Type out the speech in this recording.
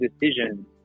decisions